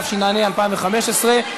התשע"ה 2015,